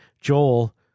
Joel